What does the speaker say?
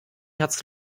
herz